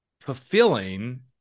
fulfilling